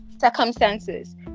Circumstances